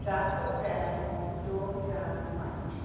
ਦਸ ਅਪ੍ਰੈਲ ਦੋ ਹਜ਼ਾਰ ਪੰਜ